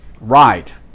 Right